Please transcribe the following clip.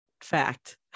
fact